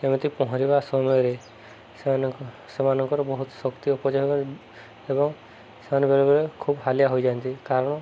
ଯେମିତି ପହଁରିବା ସମୟରେ ସେମାନେ ସେମାନଙ୍କର ବହୁତ ଶକ୍ତି ଅପଚୟ ଏବଂ ସେମାନେ ବେଳେବେଳେ ଖୁବ ହାଲିଆ ହୋଇଯାନ୍ତି କାରଣ